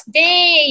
day